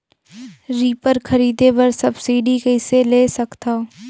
Reaper खरीदे बर subsidy कइसे ले सकथव?